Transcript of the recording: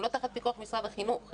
הם לא תחת פיקוח משרד החינוך,